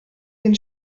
den